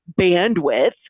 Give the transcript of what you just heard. bandwidth